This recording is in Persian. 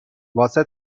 واسه